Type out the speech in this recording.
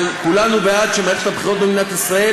אבל כולנו בעד שמערכת הבחירות במדינת ישראל